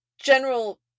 general